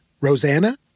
Rosanna